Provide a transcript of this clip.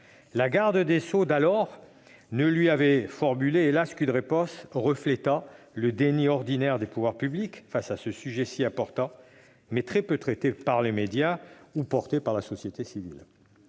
La garde des sceaux d'alors ne lui avait formulé, hélas ! qu'une réponse reflétant le déni ordinaire des pouvoirs publics face à ce sujet si important, mais très peu traité par les médias ou porté par la société civile.